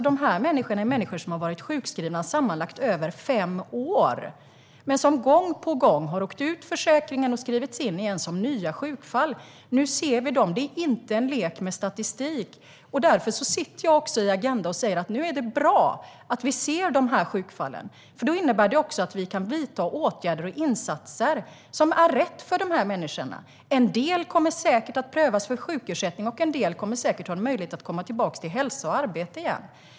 Dessa människor är människor som har varit sjukskrivna i sammanlagt över fem år men som gång på gång har åkt ur försäkringen och skrivits in igen som nya sjukfall. Nu ser vi dem. Det är inte en lek med statistik. Därför sitter jag i Agenda och säger: Nu är det bra att vi ser de här sjukfallen, för det innebär att vi kan vidta åtgärder och insatser som är rätt för de här människorna. En del kommer säkert att prövas för sjukersättning, och en del kommer säkert att ha en möjlighet att komma tillbaka till hälsa och arbete.